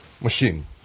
machine